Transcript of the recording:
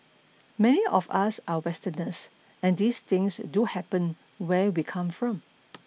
many of us are Westerners and these things do happen where we come from